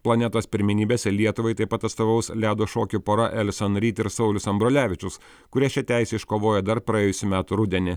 planetos pirmenybėse lietuvai taip pat atstovaus ledo šokių pora elison ryt ir saulius ambrulevičius kurie šią teisę iškovojo dar praėjusių metų rudenį